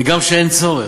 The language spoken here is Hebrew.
וגם כשאין צורך,